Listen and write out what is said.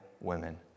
women